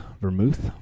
vermouth